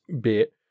bit